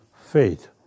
faith